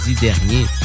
dernier